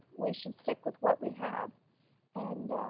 we should stick with what we have and